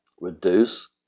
reduce